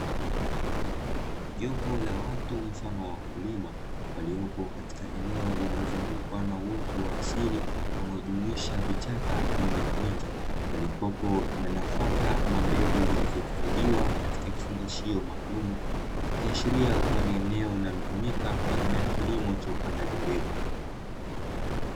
Jopo la watu mfano wa wakulima walipo katika eneo lililozungukwa na uoto wa asili unaojumuisha vichaka pamoja na miti, palipopo na nafaka ama mbegu zilizohifadhiwa katika kifungashio maalumu, ikiashiria kuwa ni eneo linalotumika kwa ajili ya kilimo cha upandaji mbegu.